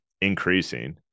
increasing